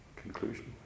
conclusion